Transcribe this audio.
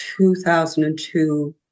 2002